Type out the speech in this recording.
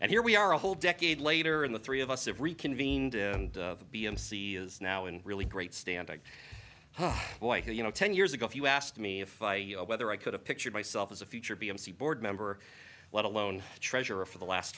and here we are a whole decade later in the three of us of reconvened and b and c is now in really great standing why who you know ten years ago if you asked me if i know whether i could have pictured myself as a future b m c board member let alone treasurer for the last